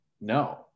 no